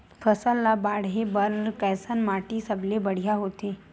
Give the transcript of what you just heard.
फसल ला बाढ़े बर कैसन माटी सबले बढ़िया होथे?